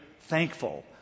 thankful